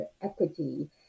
equity